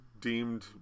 deemed